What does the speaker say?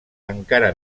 encara